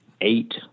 eight